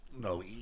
No